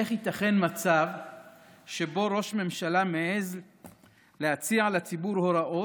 איך ייתכן מצב שבו ראש ממשלה מעז להציע לציבור הוראות,